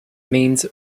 means